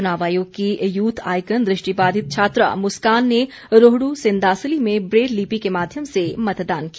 च्नाव आयोग की यूथ आइकन दृष्टिबाधित छात्रा मुस्कान ने रोहड् सिंदासली में ब्रेल लिपि के माध्यम से मतदान किया